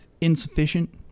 insufficient